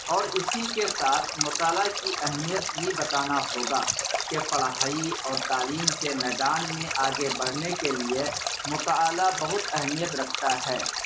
اور اسی کے ساتھ مطالعہ کی اہمیت بھی بتانا ہوگا یا پڑھائی اور تعلیم کے میدان میں آگے بڑھنے کے لیے مطالعہ بہت اہمیت رکھتا ہے